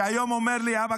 שהיום אומר לי: אבא,